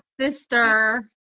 sister